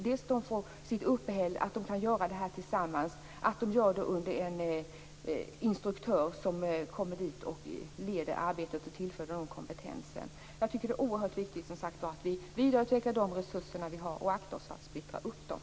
De får sitt uppehälle, de gör det tillsammans och de gör det under en instruktör som kommer dit, leder arbetet och tillför kompetens. Jag tycker att det är oerhört viktigt att vi vidareutvecklar de resurser vi har och aktar oss för att splittra upp dem.